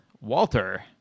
Walter